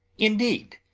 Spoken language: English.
indeed?